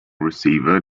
receiver